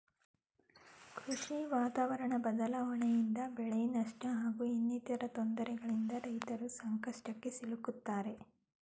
ಕೃಷಿ ವಾತಾವರಣ ಬದ್ಲಾವಣೆಯಿಂದ ಬೆಳೆನಷ್ಟ ಹಾಗೂ ಇನ್ನಿತರ ತೊಂದ್ರೆಗಳಿಂದ ರೈತರು ಸಂಕಷ್ಟಕ್ಕೆ ಸಿಲುಕ್ತಾರೆ